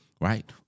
right